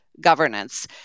governance